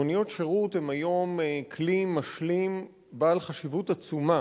מוניות שירות הן היום כלי משלים בעל חשיבות עצומה